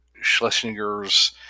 schlesinger's